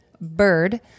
bird